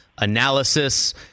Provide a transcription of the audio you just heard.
analysis